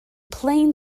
plain